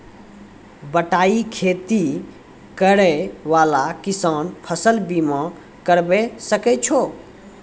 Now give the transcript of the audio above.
बटाई खेती करै वाला किसान फ़सल बीमा करबै सकै छौ?